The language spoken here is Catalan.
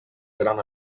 gran